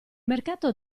mercato